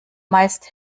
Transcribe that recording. meist